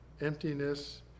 emptiness